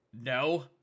no